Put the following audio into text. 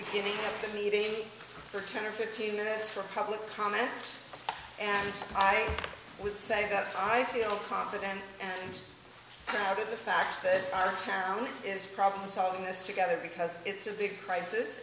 beginning of the meeting for ten or fifteen minutes for public comment and so i would say that i feel confident with the fact that our town is problem solving this together because it's a big crisis